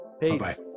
peace